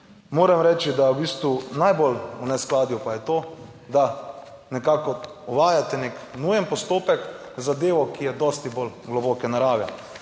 moram reči, da v bistvu najbolj v neskladju pa je to, da nekako uvajate nek nujen postopek za zadevo, ki je dosti bolj globoke narave.